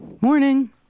Morning